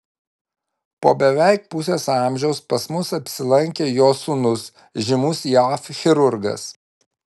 po beveik pusės amžiaus pas mus apsilankė jo sūnus žymus jav chirurgas